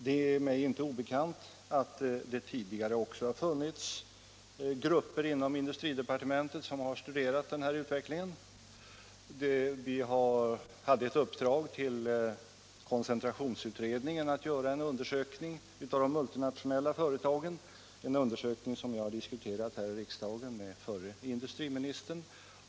Det är mig inte obekant att det även tidigare funnits grupper inom industridepartementet som studerat denna utveckling. Koncentrationsutredningen hade i uppdrag att göra en undersökning av de multinationella företagen — en undersökning som jag diskuterat här i riksdagen med förre industriministern.